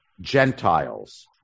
Gentiles